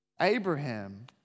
Abraham